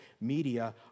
media